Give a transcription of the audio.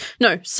No